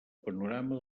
panorama